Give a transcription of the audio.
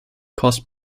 caused